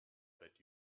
that